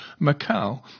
Macau